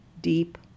deep